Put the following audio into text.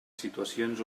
situacions